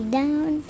down